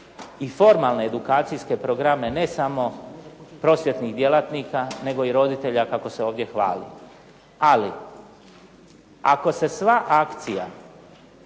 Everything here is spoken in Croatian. i formalne edukacijske programe ne samo prosvjetnih djelatnika nego i roditelja kako se ovdje hvali. Ali, ako se sva akcija